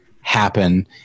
happen